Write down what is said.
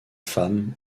femme